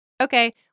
Okay